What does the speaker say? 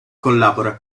collabora